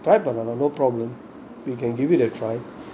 try பண்ணலாம்:pannalam no problem you can give it a try